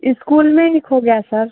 school में ही खो गया सर